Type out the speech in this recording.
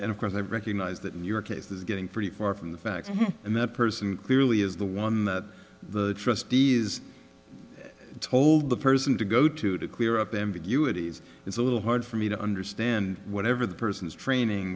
and of course i recognize that your case is getting pretty far from the facts and that person clearly is the one the trustee is told the person to go to to clear up the ambiguity it's a little hard for me to understand whatever the person's training